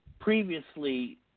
Previously